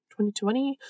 2020